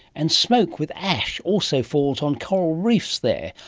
and smoke with ash also falls on coral reefs there,